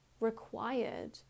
required